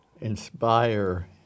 inspire